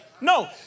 No